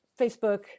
Facebook